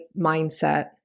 mindset